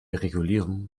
regulierung